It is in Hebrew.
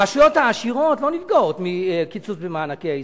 הרשויות העשירות לא נפגעות מקיצוץ במענקי האיזון.